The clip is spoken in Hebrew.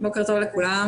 בוקר טוב לכולם.